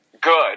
good